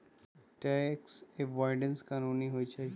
tax avoidance कानूनी होइ छइ